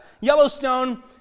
Yellowstone